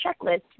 checklist